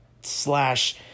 slash